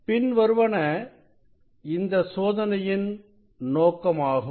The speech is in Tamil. பின்வருவன இந்த சோதனையின் நோக்கமாகும்